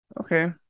okay